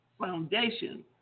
foundation